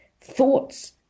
thoughts